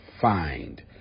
find